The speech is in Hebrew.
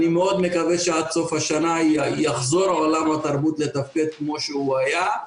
אני מאוד מקווה שעד סוף השנה יחזור עולם התרבות לתפקד כמו שהוא היה.